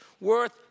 worth